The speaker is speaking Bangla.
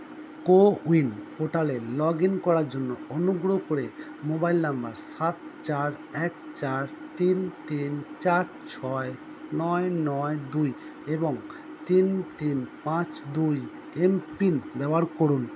কো উইন পোর্টালে লগ ইন করার জন্য অনুগ্রহ করে মোবাইল নম্বর সাত চার এক চার তিন তিন চার ছয় নয় নয় দুই এবং তিন তিন পাঁচ দুই এম পিন ব্যবহার করুন